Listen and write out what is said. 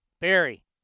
Barry